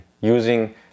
using